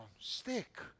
stick